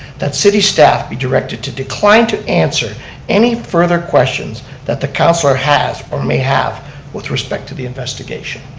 that city staff be directed to decline to answer any further questions that the councilor has or may have with respect to the investiagtion.